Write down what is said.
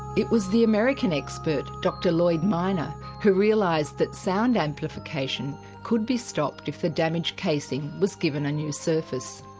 it was the american expert, dr lloyd minor who realised that sound amplification could be stopped if the damaged casing was given a new surface.